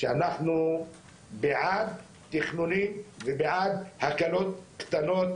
שאנחנו בעד תכנונים ובעד הקלות קטנות